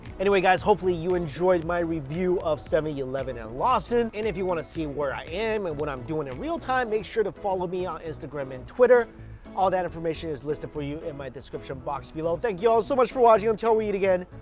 anyway, guys, hopefully you enjoyed my review of seven eleven and lawson and if you want to see where i am and what i'm doing in real time make sure to follow me on instagram and twitter all that information is listed for you in my description box below thank you all so much for watching until we eat again.